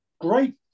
great